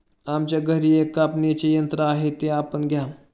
आमच्या घरी एक कापणीचे यंत्र आहे ते आपण घ्या